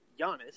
Giannis